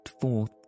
forth